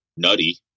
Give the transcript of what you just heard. Nutty